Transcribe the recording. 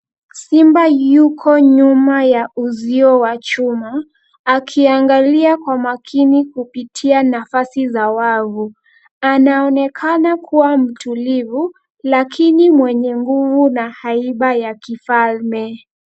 Simba yuko nyuma ya uzio wa chuma. Akiangalia kwa makini kupitia nafasi za wavu. Anaonekana kuwa mtulivu, lakini mwenye nguvu na haiba ya kifalme.